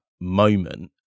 moment